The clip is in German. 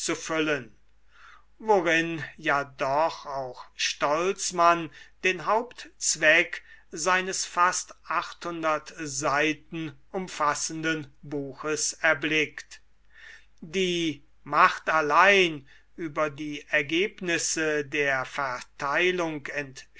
füllen worin ja doch auch stolzmann den hauptzweck seines fast seiten umfassenden buches erblickt die macht allein über die ergebnisse der verteilung